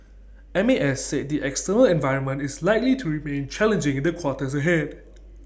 M A S said the external environment is likely to remain challenging in the quarters ahead